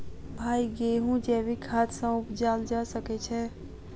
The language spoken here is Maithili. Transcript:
भाई गेंहूँ जैविक खाद सँ उपजाल जा सकै छैय?